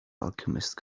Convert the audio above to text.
alchemist